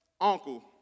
uncle